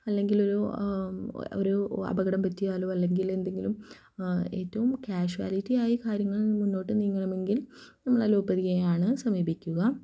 അല്ലെങ്കിലൊരു ഒരു അപകടം പറ്റിയാലോ അല്ലെങ്കിലെന്തെങ്കിലും ഏറ്റവും ക്യാഷ്വലിറ്റിയായി കാര്യങ്ങൾ മുന്നോട്ട് നീങ്ങണമെങ്കിൽ നമ്മൾ അലോപ്പതിയെയാണ് സമീപിക്കുക